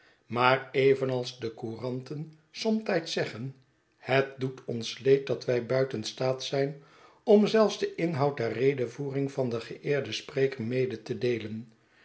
maar evenals de couranten somtijds zeggen het doet ons leed dat wij buiten staat zijn om zelfs den inhoud der redevoering van den geeerden spreker mede te deelen